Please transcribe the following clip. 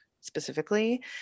specifically